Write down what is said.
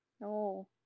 No